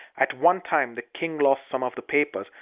at one time the king lost some of the papers,